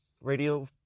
radio